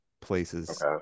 places